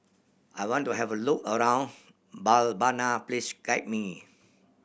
I want to have a look around Mbabana please guide me